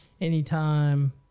anytime